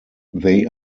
they